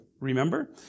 remember